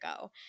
go